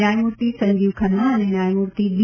ન્યાયમૂર્તિ સંજીવ ખન્ના અને ન્યાયમૂર્તિ બી